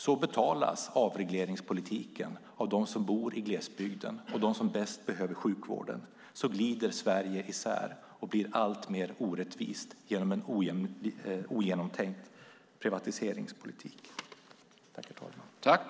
Så betalas avregleringspolitiken av dem som bor i glesbygden och dem som bäst behöver sjukvården. Så glider Sverige isär och blir alltmer orättvist genom en ogenomtänkt privatiseringspolitik.